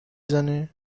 زنه